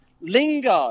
Lingard